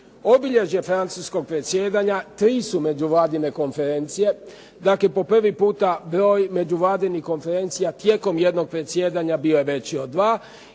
Obilježja francuskog predsjedanja tri su međuvladine konferencije. Dakle, po prvi puta broj međunarodnih konferencija tijekom jednog predsjedanja bio je veći od dva